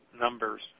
numbers